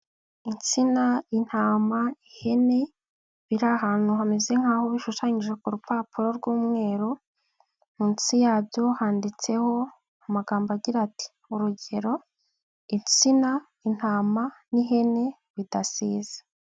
Insina, intama, ihene, biri ahantu hameze nk'aho bishushanyije ku rupapuro rw'umweru, munsi yabyo handitseho amagambo agira ati: "Urugero: insina, intama n'ihene bidasize".